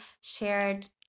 shared